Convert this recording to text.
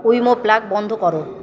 Wemo plug বন্ধ করো